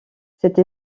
cette